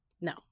No